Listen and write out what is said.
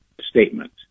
statement